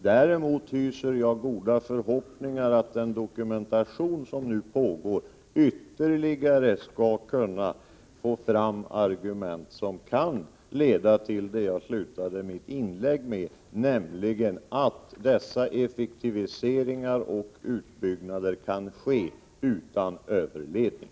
Däremot hyser jag goda förhoppningar att den dokumentation som nu pågår skall kunna få fram ytterligare argument som kan leda till det jag slutade mitt anförande med, nämligen att dessa effektiviseringar och utbyggnader kan ske utan överledning.